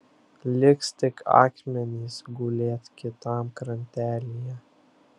liks tik akmenys gulėt kitam krantelyje